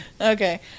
Okay